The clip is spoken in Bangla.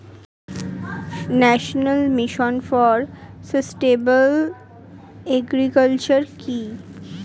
National mission for sustainable agriculture কি?